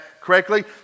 correctly